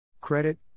Credit